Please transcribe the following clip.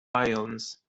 violence